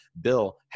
Bill